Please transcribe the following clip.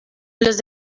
los